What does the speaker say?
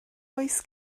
oes